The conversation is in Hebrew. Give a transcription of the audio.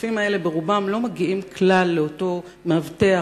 הכספים האלה ברובם לא מגיעים כלל לאותו מאבטח,